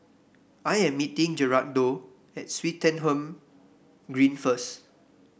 I am meeting Gerardo at Swettenham Green first